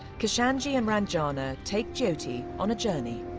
kishanji and ranjana take jyoti on a journey